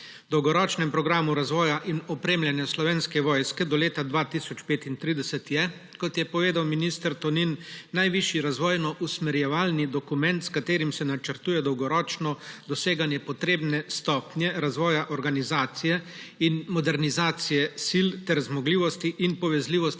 dolgoročnem programu razvoja in opremljanja Slovenske vojske do leta 2035 je, kot je povedal minister Tonin, najvišji razvojno usmerjevalni dokument, s katerim se načrtuje dolgoročno doseganje potrebne stopnje razvoja organizacije in modernizacije sil ter zmogljivosti in povezljivosti